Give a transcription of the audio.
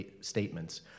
statements